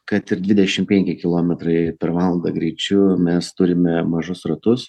kad ir dvidešimt penki kilometrai per valandą greičiu mes turime mažus ratus